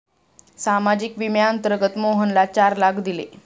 सामाजिक विम्याअंतर्गत मोहनला चार लाख दिले